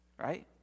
right